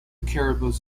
caribous